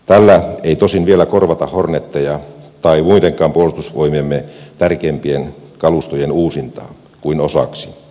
tällä ei tosin vielä korvata horneteja tai muidenkaan puolustusvoimiemme tärkeimpien kalustojen uusintaa kuin osaksi